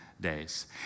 days